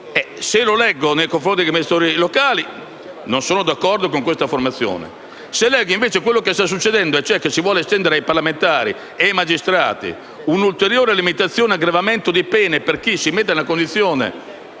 Se lo leggo nei confronti degli amministratori locali, non sono d'accordo con questa affermazione. Se invece leggo quello che sta accadendo, cioè che si vogliono estendere ai parlamentari e ai magistrati un'ulteriore limitazione e un aggravamento di pena per chi si mette nella condizione